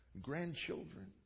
Grandchildren